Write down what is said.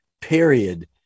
period